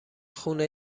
خونه